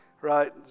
right